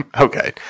Okay